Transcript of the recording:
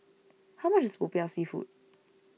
how much is Popiah Seafood